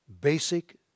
basic